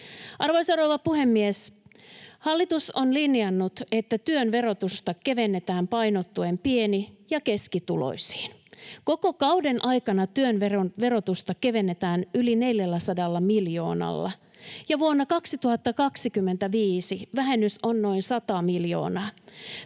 Arvoisa rouva puhemies! Hallitus on linjannut, että työn verotusta kevennetään painottuen pieni- ja keskituloisiin. Koko kauden aikana työn verotusta kevennetään yli 400 miljoonalla, ja vuonna 2025 vähennys on noin 100 miljoonaa.